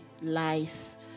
life